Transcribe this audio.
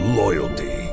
loyalty